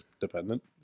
dependent